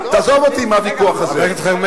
תעזוב אותי מהוויכוח הזה.